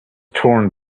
torn